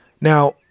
Now